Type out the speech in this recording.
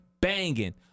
banging